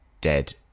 dead